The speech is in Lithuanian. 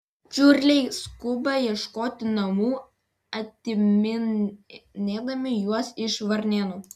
čiurliai skuba ieškoti namų atiminėdami juos iš varnėnų